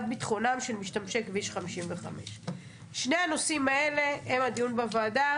ביטחונם של משתמשי כביש 55". שני הנושאים האלה הם הדיון בוועדה.